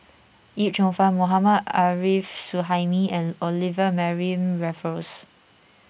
Yip Cheong Fun Mohammad Arif Suhaimi and Olivia Mariamne Raffles